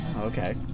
Okay